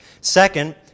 second